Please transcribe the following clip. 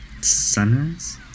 sunrise